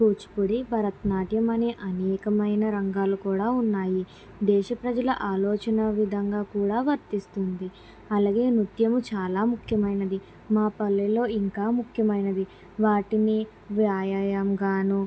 Kuchipudi Bharatanatyam అని అనేక రంగాలు కూడా ఉన్నాయి దేశ ప్రజల ఆలోచన విధంగా కూడా వర్తిస్తుంది అలాగే నృత్యము చాలా ముఖ్యమైనది మా పల్లెలో ఇంకా ముఖ్యమైనది వాటిని వ్యాయామం గానూ